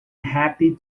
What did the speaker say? happy